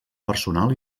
personal